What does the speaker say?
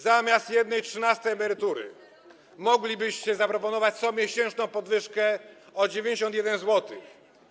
Zamiast jednej trzynastej emerytury moglibyście zaproponować comiesięczną podwyżkę o 91 zł.